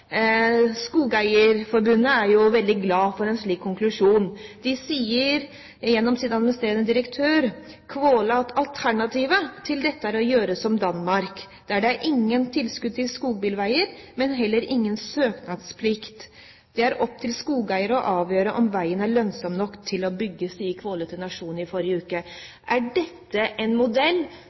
Skogeierforbundet er veldig glad for en slik konklusjon. De sier gjennom sin administrerende direktør Kvaal: «Alternativet er å gjøre som Danmark. Der er det ingen tilskudd til skogsbilveier, men heller ingen søknadsplikt. Det er opp til skogeier å avgjøre om veien er lønnsom nok til å bygges.» Det sa Kvaal til Nationen i forrige uke. Er dette en modell